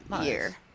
year